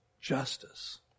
justice